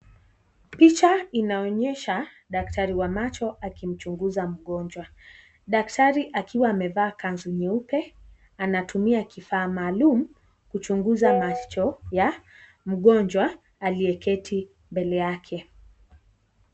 Picha inaonyesha daktari wa macho akimchunguza mgonjwa. Daktari akiwa amevaa kanzu nyeupe ,anatumia kifaa maalum kuchunguza macho ya mgonjwa aliyeketi mbele yake.